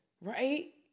right